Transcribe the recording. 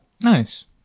nice